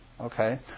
okay